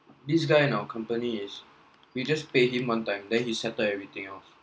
this guy in our company it's we just pay him one time then he settle everything lor